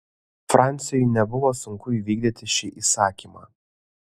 franciui nebuvo sunku įvykdyti šį įsakymą